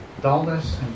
dullness